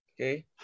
Okay